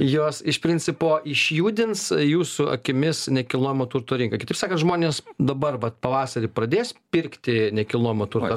jos iš principo išjudins jūsų akimis nekilnojamo turto rinką kitaip sakant žmonės dabar vat pavasarį pradės pirkti nekilojamą turtą